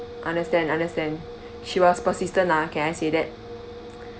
understand understand she was persistent lah can I say that